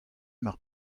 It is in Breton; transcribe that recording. mar